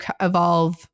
evolve